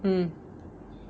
mm